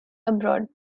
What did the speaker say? abroad